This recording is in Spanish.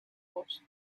post